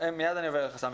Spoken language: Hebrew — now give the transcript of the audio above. אני שמח על הדיון,